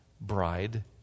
bride